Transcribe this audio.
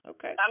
Okay